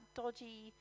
dodgy